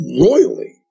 royally